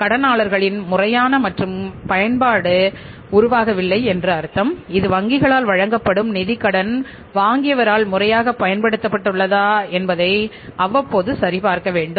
கடனாளர்களின் முறையான மற்றும் பயன்பாடு உருவாகவில்லை என்று அர்த்தம் இது வங்கிகளால் வழங்கப்படும் நிதி கடன் வாங்கியவரால் முறையாகப் பயன்படுத்தப்பட்டுள்ளதா என்பதை அவ்வப்போது சரிபார்க்க வேண்டும்